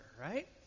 right